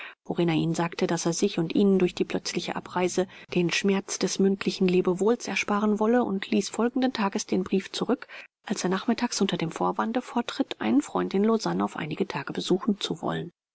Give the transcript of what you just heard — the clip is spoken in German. worin er ihnen sagte daß er sich und ihnen durch die plötzliche abreise den schmerz des mündlichen lebewohls ersparen wolle und ließ folgenden tages den brief zurück als er nachmittags unter dem vorwande fortritt einen freund in lausanne auf einige tage besuchen zu wollen